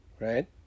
right